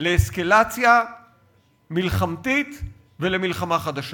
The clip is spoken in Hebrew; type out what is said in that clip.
לאסקלציה מלחמתית ולמלחמה חדשה.